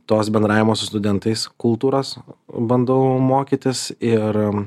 tos bendravimo su studentais kultūros bandau mokytis ir